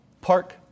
park